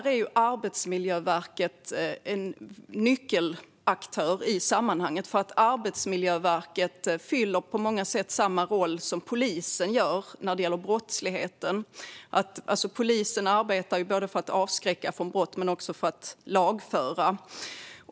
Arbetsmiljöverket är en nyckelaktör i sammanhanget eftersom Arbetsmiljöverket på många sätt fyller samma roll som polisen gör när det gäller brottsligheten. Polisen arbetar både för att avskräcka från brott och för att lagföra.